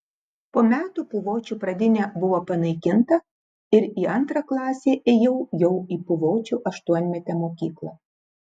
po metų puvočių pradinė buvo panaikinta ir į antrą klasę ėjau jau į puvočių aštuonmetę mokyklą